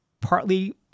partly